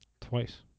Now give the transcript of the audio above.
Twice